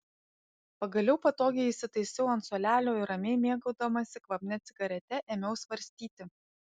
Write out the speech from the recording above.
pagaliau patogiai įsitaisiau ant suolelio ir ramiai mėgaudamasi kvapnia cigarete ėmiau svarstyti